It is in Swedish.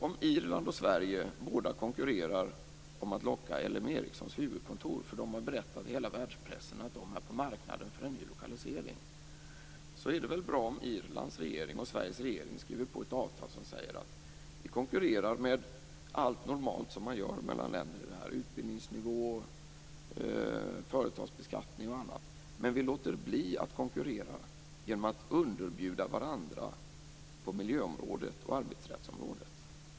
Om Irland och Sverige båda konkurrerar om att locka till sig Ericssons huvudkontor, därför att man har berättat i hela världspressen att man är på marknaden för en ny lokalisering, är det väl bra om Irlands regering och Sveriges regering skriver på ett avtal som säger: Vi konkurrerar med allt som man normalt konkurrerar med mellan länder - utbildningsnivå, företagsbeskattning och annat. Men vi låter bli att konkurrera genom att underbjuda varandra på miljöområdet och arbetsrättsområdet.